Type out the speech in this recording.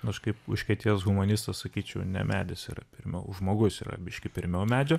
nu aš kaip užkietėjęs humanistas sakyčiau ne medis yra pirmiau žmogus yra biški pirmiau medžio